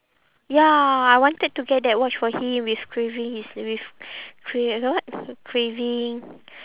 ya I wanted to get that watch for him with graving his with gra~ ga~ what graving